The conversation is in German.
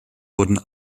wurden